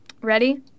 ready